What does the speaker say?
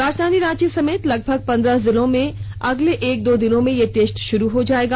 राजधानी रांची समेत लगभग पंद्रह जिलों में अगले एक दो दिनों में यह टेस्ट शुरू हो जायेगा